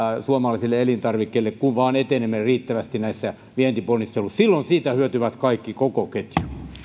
suomalaisille elintarvikkeille kun vain etenemme riittävästi näissä vientiponnisteluissa silloin siitä hyötyvät kaikki koko ketju